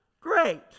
great